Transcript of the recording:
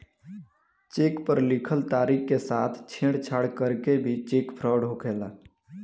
check पर लिखल तारीख के साथ छेड़छाड़ करके भी चेक फ्रॉड होखेला